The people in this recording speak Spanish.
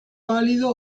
pálido